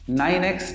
9x